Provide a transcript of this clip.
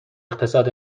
اقتصاد